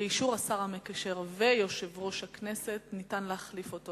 באישור השר המקשר ויושב-ראש הכנסת ניתן להחליף אותו.